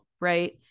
right